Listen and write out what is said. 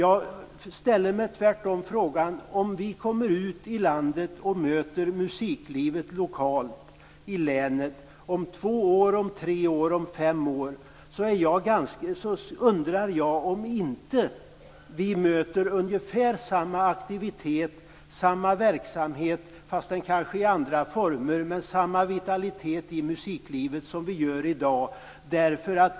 Om vi om två, tre eller fem år kommer ut i landet och möter musiklivet lokalt i länet undrar jag tvärtom om vi inte möter ungefär samma aktivitet, samma verksamhet - om än i kanske andra former - och samma vitalitet i musiklivet som vi i dag möter.